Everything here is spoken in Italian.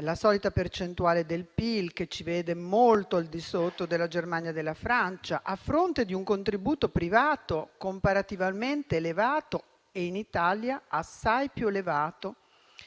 la solita percentuale del PIL che ci vede molto al di sotto della Germania e della Francia, a fronte di un contributo privato comparativamente elevato e in Italia assai più elevato